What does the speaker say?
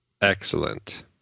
Excellent